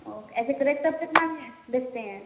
और ऐसे crepe top कितने में बेचते हैं